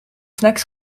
snacks